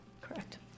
Correct